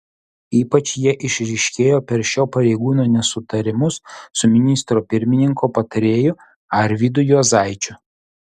ypač jie išryškėjo per šio pareigūno nesutarimus su ministro pirmininko patarėju arvydu juozaičiu